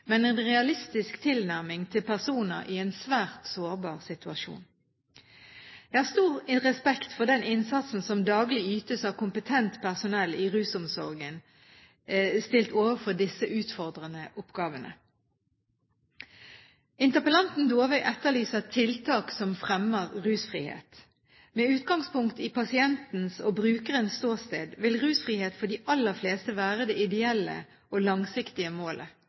men en realistisk tilnærming til personer i en svært sårbar situasjon. Jeg har stor respekt for den innsatsen som daglig ytes av kompetent personell i rusomsorgen stilt overfor disse utfordrende oppgavene. Interpellanten Dåvøy etterlyser tiltak som fremmer rusfrihet. Med utgangspunkt i pasientens og brukerens ståsted vil rusfrihet for de aller fleste være det ideelle og langsiktige målet.